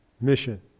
mission